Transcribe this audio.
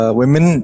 women